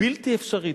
בלתי אפשרית.